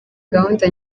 gahunda